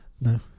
No